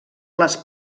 les